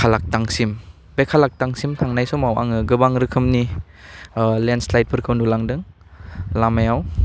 कालाकटांसिम बे कालाकटांसिम थांनाय समाव आङो गोबां रोखोमनि ओह लेन्ड स्लाइड फोरखौ नुलांदों लामायाव